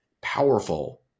powerful